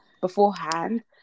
beforehand